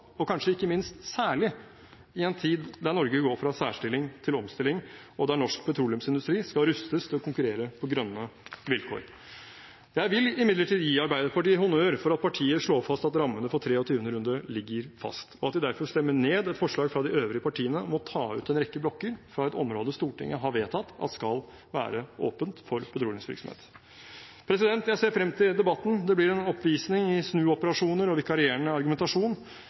og kanskje ikke minst særlig i en tid der Norge går fra særstilling til omstilling, og der norsk petroleumsindustri skal rustes til å konkurrere på grønne vilkår. Jeg vil imidlertid gi Arbeiderpartiet honnør for at partiet slår fast at rammene for 23. runde ligger fast, og at de derfor stemmer ned et forslag fra de øvrige partiene om å ta ut en rekke blokker fra et område Stortinget har vedtatt at skal være åpent for petroleumsvirksomhet. Jeg ser frem til debatten. Det blir en oppvisning i snuoperasjoner og vikarierende argumentasjon.